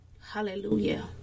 Hallelujah